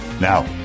Now